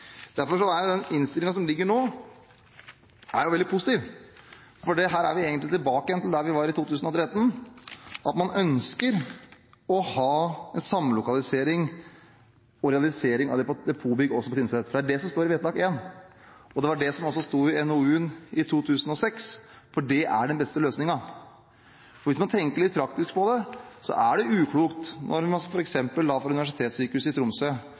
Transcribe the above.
Derfor er den innstillingen som ligger her nå, veldig positiv, for her er vi egentlig tilbake der vi var i 2013: Man ønsker en samlokalisering og en realisering av depotet på Tynset. Det er det som står i vedtak I, og det var også det som sto i NOU-en i 2006, for det er den beste løsningen. Hvis man tenker litt praktisk på det, er det uklokt om man f.eks. fra Universitetssykehuset i Tromsø